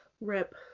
rip